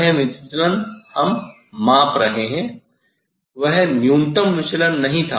वह विचलन हम माप रहें है वह न्यूनतम विचलन नहीं था